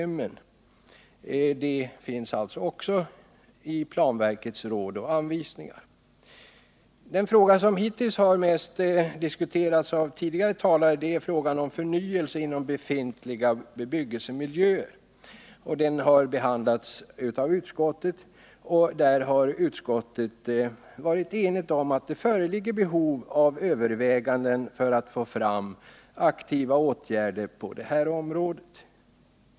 Med hänvisning härtill avstyrks motionerna. Den fråga som hittills mest har diskuterats av tidigare talare är frågan om förnyelse inom befintliga bebyggelsemiljöer. Utskottet har ansett att det föreligger behov av överväganden som kan ge en konkret grund till aktiva åtgärder.